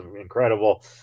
incredible